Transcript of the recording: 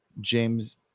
James